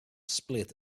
split